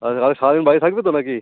আচ্ছা কালকে সারা দিন বাড়ি থাকবি তো নাকি